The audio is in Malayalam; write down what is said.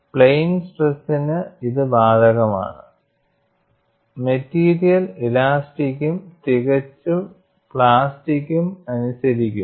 പ്ലെയിൻ സ്ട്രെസ്സിനു ഇത് ബാധകമാണ് മെറ്റീരിയൽ ഇലാസ്റ്റിക്കും തികച്ചും പ്ലാസ്റ്റിക്കും അനുസരിക്കുന്നു